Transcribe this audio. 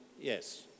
Yes